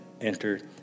entered